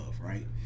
right